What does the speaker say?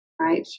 right